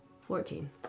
fourteen